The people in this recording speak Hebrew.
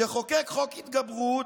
תחוקק חוק התגברות,